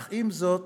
אך עם זאת,